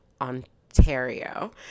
Ontario